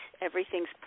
Everything's